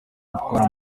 gutwara